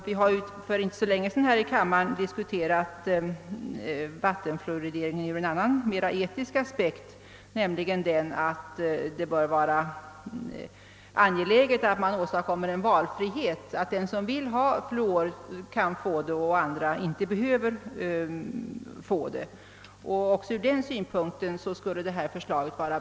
Vi har för inte så länge sedan här i kammaren diskuterat vattenfluorideringen ur en mera etisk synpunkt, nämligen att det bör vara angeläget att åstadkomma en valfrihet så att den som vill ha fluor kan få det och andra kan slippa. även ur den synpunkten är den av mig nämnda metoden bra.